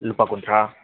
ꯂꯨꯄꯥ ꯀꯨꯟꯊ꯭ꯔꯥ